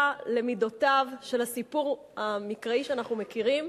למידותיו של הסיפור המקראי שאנחנו מכירים,